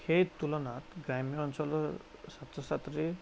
সেই তুলনাত গ্ৰাম্য অঞ্চলৰ ছাত্ৰ ছাত্ৰীৰ